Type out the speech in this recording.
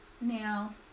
Now